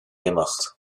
imeacht